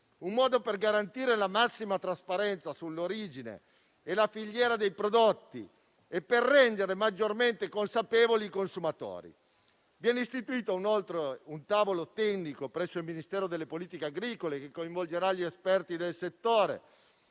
un modo per garantire la massima trasparenza sull'origine e sulla filiera dei prodotti e per rendere maggiormente consapevoli i consumatori. Viene istituito inoltre un tavolo tecnico presso il Ministero delle politiche agricole, che coinvolgerà gli esperti del settore.